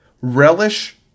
Relish